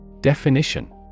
Definition